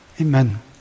amen